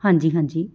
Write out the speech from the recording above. ਹਾਂਜੀ ਹਾਂਜੀ